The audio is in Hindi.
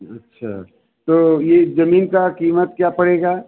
अच्छा तो ये ज़मीन की कीमत क्या पड़ेगी